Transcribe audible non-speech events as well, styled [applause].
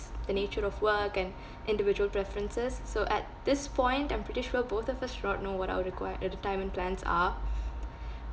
the nature of work and individual preferences so at this point I'm pretty sure both of us don't know what our require~ uh retirement plans are [noise]